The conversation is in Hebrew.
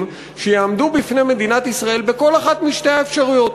שיעמדו בפני מדינת ישראל בכל אחת משתי האפשרויות.